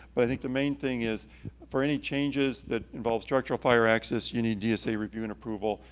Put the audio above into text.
but i think the main thing is for any changes that involve structural, fire, access, you need dsa review and approval.